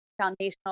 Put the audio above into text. foundational